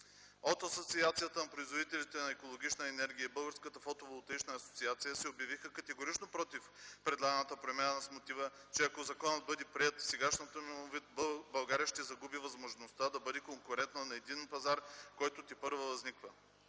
От Асоциацията на производителите на екологична енергия и Българската фотоволтаична асоциация се обявиха категорично против предлаганата промяна с мотива, че ако законът бъде приет в сегашния му вид, България ще загуби възможността да бъде конкурентна на един пазар, който тепърва възниква.